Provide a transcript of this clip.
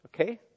okay